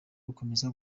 gukomeza